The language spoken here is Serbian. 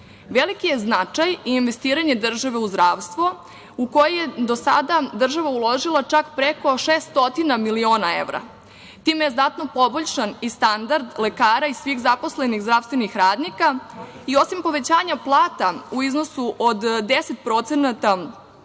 Evropi. Veliki je značaj i investiranje države u zdravstvo u koje je do sada država uložila čak preko 600 miliona evra. Time je znatno poboljšan i standard lekara i svih zaposlenih zdravstvenih radnika i osim povećanja plata u iznosu od 10%